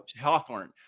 Hawthorne